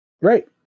Right